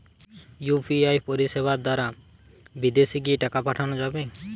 UPI পরিষেবা দারা বিদেশে কি টাকা পাঠানো যাবে?